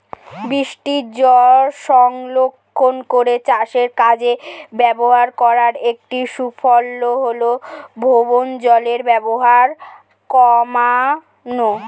বৃষ্টিজল সংরক্ষণ করে চাষের কাজে ব্যবহার করার একটি সুফল হল ভৌমজলের ব্যবহার কমানো